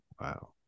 Wow